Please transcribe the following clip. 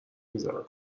میزنم